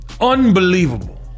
unbelievable